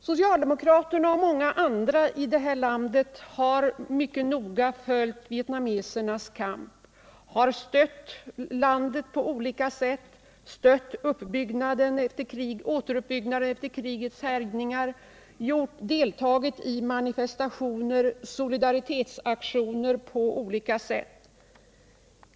Socialdemokraterna och många andra i detta land har mycket noga följt vietnamesernas kamp. De har stött landet på olika sätt, stött återuppbyggnaden efter krigets härjningar, deltagit i manifestationer och på olika sätt deltagit i solidaritetsaktioner.